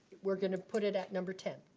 we're gonna put it at number ten.